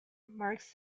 marks